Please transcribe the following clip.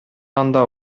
анда